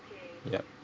ya